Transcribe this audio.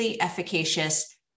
efficacious